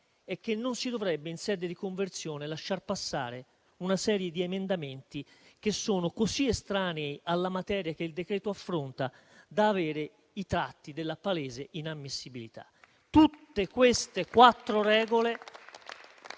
è che non si dovrebbe, in sede di conversione, lasciar passare una serie di emendamenti che sono così estranei alla materia che il decreto affronta da avere i tratti della palese inammissibilità. Tutte queste quattro regole